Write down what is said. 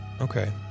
Okay